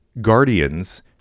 guardians